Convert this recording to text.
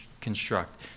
construct